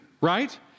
right